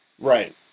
Right